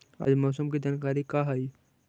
आज मौसम के जानकारी का हई?